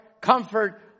comfort